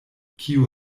kiu